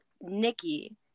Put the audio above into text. Nikki